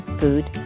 food